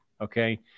Okay